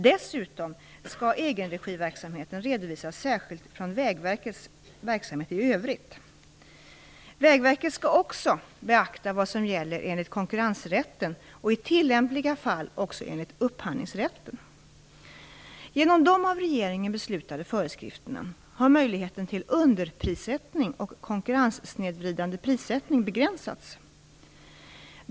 Dessutom skall egenregiverksamheten redovisas särskilt från Vägverkets verksamhet i övrigt. Vägverket skall också beakta vad som gäller enligt konkurrensrätten och i tillämpliga fall också enligt upphandlingsrätten. Genom de av regeringen beslutade föreskrifterna har möjligheten till underprissättning och konkurrenssnedvridande prissättning begränsats.